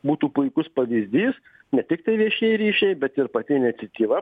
būtų puikus pavyzdys ne tiktai viešieji ryšiai bet ir pati iniciatyva